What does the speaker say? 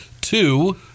Two